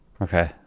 Okay